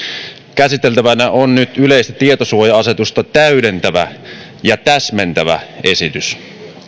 käsiteltävänä on nyt yleistä tietosuoja asetusta täydentävä ja täsmentävä esitys